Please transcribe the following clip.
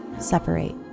separate